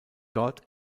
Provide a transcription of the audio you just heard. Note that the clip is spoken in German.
dort